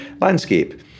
landscape